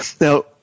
Now